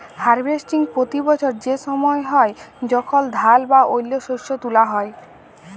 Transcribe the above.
harvesting পতি বসর সে সময় হ্যয় যখল ধাল বা অল্য শস্য তুলা হ্যয়